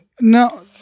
No